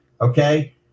Okay